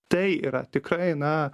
tai yra tikrai na